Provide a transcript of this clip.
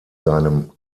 seinem